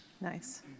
Nice